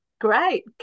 Great